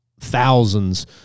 thousands